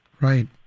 Right